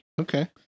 Okay